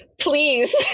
Please